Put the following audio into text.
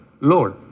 Lord